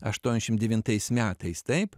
aštuoniasdešim devintais metais taip